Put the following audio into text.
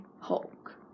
Hulk